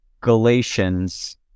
galatians